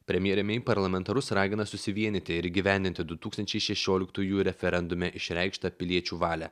premjerė mei parlamentarus ragina susivienyti ir įgyvendinti du tūkstančiai šešioliktųjų referendume išreikštą piliečių valią